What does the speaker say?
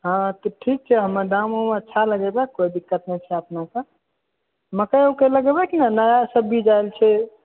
हँ तऽ ठीक छै हम दामो उम अच्छा लगेबै कोइ दिक्कत नहि छै अपनेके मकइ उकइ लगेबै कि नहि नयासभ बीज आयल छै